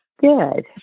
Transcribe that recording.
Good